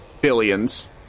billions